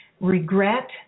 regret